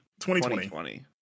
2020